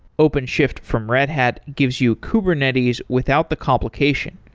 openshift from red hat gives you kubernetes without the complication.